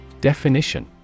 Definition